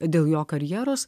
dėl jo karjeros